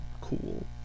cool